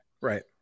right